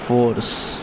force